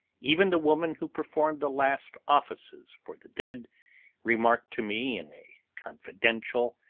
even the woman who performed the last offices for the dead remarked to me, in a confidential,